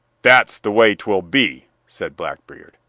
that's the way twill be, said blackbeard.